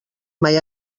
mai